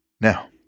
Now